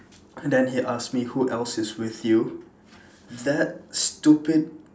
and then he asked me who else is with you that stupid